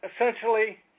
essentially